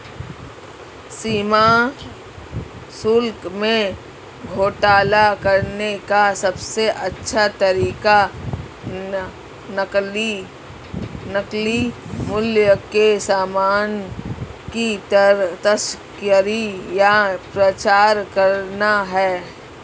सीमा शुल्क में घोटाला करने का सबसे अच्छा तरीका नकली मूल्य के सामान की तस्करी या प्रचार करना है